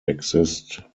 exist